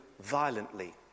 violently